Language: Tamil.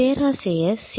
பேராசிரியர் சி